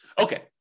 Okay